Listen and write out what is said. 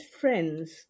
friends